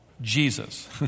Jesus